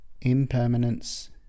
impermanence